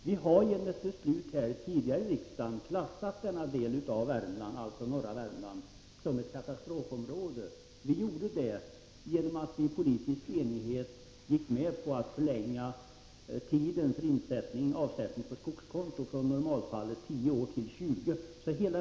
Vi har genom ett tidigare beslut här i riksdagen klassat norra Värmland som ett katastrofområde genom att vi i politisk enighet gick med på att förlänga tiden för avsättning på skogskonto från normalt 10 år till 20.